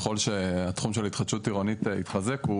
ככל שהתחום של ההתחדשות עירונית התחזק,